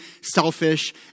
selfish